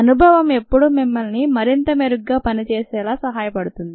అనుభవం ఎప్పుడూ మిమ్మిల్ని మరింత మెరుగ్గా పనిచేసేలా సహాయపడుతుంది